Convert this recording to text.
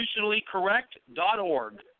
Constitutionallycorrect.org